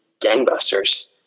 gangbusters